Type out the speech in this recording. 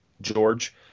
George